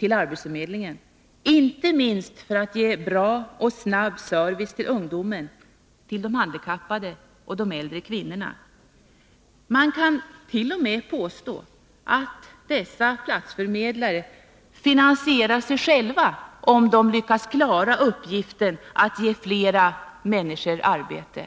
på arbetsförmedlingen, inte minst för att ge snabb och bra service till ungdomen, till de handikappade och till de äldre kvinnorna. Man kan t.o.m. påstå att dessa platsförmedlare finansierar sig själva, om de lyckas klara uppgiften att ge flera människor arbete.